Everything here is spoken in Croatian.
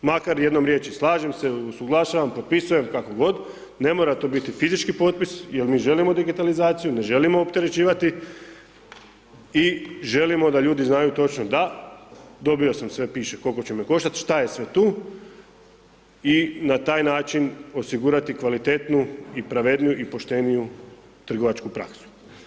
Makar jednom riječju slažem se, usuglašavam, potpisujem, kako god, ne mora to biti fizički potpis jer mi želimo digitalizaciju, ne želimo opterećivati i želimo da ljudi znaju točno da, dobio sam sve, piše koliko će me koštat, šta je sve tu i na taj način osigurati kvalitetnu i pravedniju i pošteniju trgovačku praksu.